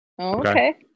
Okay